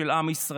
של עם ישראל.